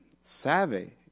savvy